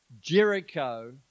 Jericho